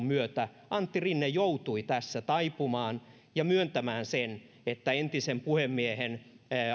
myötä antti rinne joutui tässä taipumaan ja myöntämään sen että entisen puhemiehen